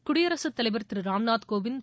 குடியரசுத் தலைவர் திரு ராம் நாத் கோவிந்த்